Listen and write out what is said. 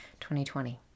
2020